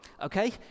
Okay